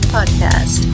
Podcast